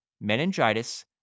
meningitis